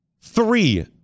Three